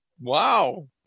wow